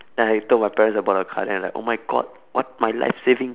then I told my parents about the car then they're like oh my god what my life savings